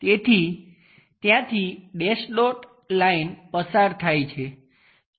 તેથી ત્યાંથી dash dot line પસાર થાય છે